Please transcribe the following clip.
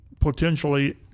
potentially